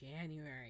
January